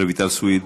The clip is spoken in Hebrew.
רויטל סויד,